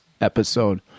episode